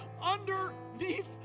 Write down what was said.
underneath